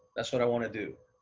that's what i want to do.